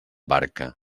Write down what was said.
barca